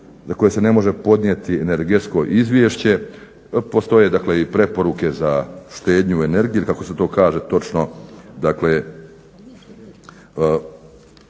za koje se ne može podnijeti energetsko izvješće. Postoje dakle i preporuke za štednju energije ili kako se to kaže točno